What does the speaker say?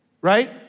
Right